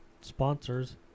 sponsors